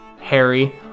Harry